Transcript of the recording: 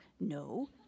no